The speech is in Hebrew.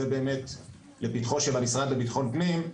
זה באמת לפתחו של המשרד לביטחון פנים.